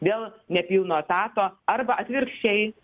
dėl nepilno etato arba atvirkščiai